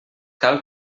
cal